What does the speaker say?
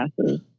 classes